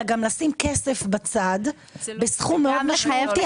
אלא גם לשים כסף בצד בסכום מאוד משמעותי,